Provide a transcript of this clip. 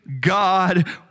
God